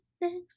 Next